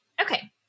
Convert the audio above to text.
Okay